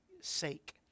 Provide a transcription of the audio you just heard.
sake